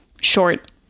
short